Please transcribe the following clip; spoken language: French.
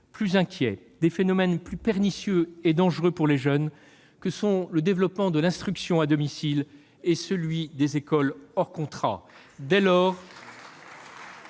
plus inquiets des phénomènes plus pernicieux et dangereux pour les jeunes que sont le développement de l'instruction à domicile et celui des écoles hors contrat,